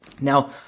Now